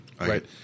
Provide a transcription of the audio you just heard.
Right